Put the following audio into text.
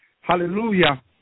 Hallelujah